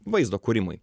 vaizdo kūrimui